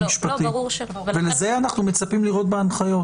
ואת זה אנחנו מצפים לראות בהנחיות.